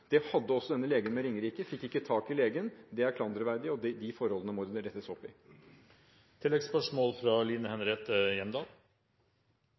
Det hadde også denne legen ved Ringerike sykehus, men man fikk ikke tak i en annen lege. Det er klanderverdig, og de forholdene må det rettes opp i. Line Henriette Hjemdal